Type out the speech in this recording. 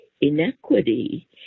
inequity